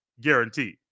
guaranteed